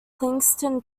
kingston